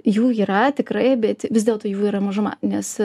jų yra tikrai bet vis dėlto jų yra mažuma nes